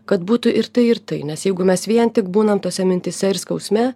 kad būtų ir tai ir tai nes jeigu mes vien tik būnam tose mintyse ir skausme